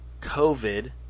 COVID